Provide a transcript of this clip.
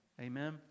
Amen